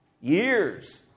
Years